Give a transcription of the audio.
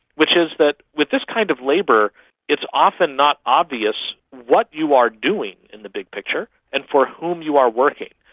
which is that with this kind of labour it's often not obvious what you are doing in the big picture and for whom you are working.